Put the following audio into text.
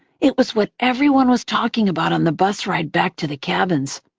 it was what everyone was talking about on the bus ride back to the cabins.